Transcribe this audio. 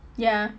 ya